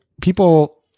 people